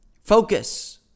focus